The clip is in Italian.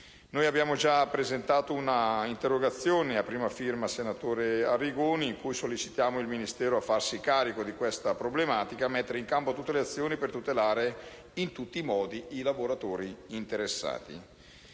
Noi abbiamo già presentato un'interrogazione, a prima firma del senatore Arrigoni, in cui sollecitiamo il Ministero a farsi carico di questa problematica e a mettere in campo tutte le azioni per tutelare in tutti i modi i lavoratori interessati.